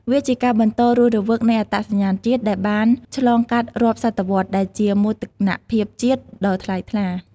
វាជាការបន្តរស់រវើកនៃអត្តសញ្ញាណជាតិដែលបានឆ្លងកាត់រាប់សតវត្សរ៍ ដែលជាមោទនភាពជាតិដ៏ថ្លៃថ្លា។